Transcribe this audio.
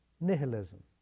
nihilism